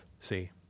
see